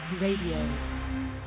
Radio